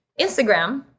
instagram